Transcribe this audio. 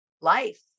life